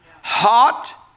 hot